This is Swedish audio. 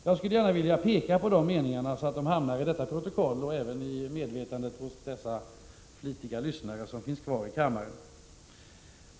Jag skulle vilja peka på de där meningarna, så att de hamnar i detta protokoll och även i medvetandet hos de flitiga lyssnare som finns kvar i kammaren.